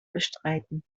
bestreiten